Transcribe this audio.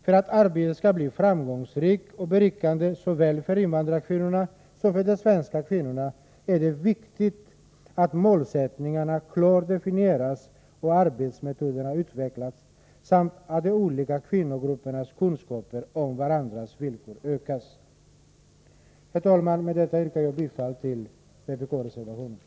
För att arbetet skall bli framgångsrikt och berikande såväl för invandrarkvinnorna som för de svenska kvinnorna är det viktigt att målsättningarna klart definieras och arbetsmetoderna utvecklas samt att de olika kvinnogruppernas kunskaper om varandras villkor ökas. Herr talman! Med det anförda yrkar jag bifall till vpk-reservationen.